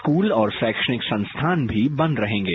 school और रीक्षिक संस्थान भी बंद रहेगे